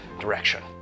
direction